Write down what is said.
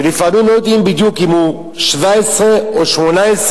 ולפעמים לא יודעים בדיוק אם הוא בן 17 או 18,